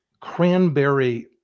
cranberry